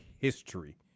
history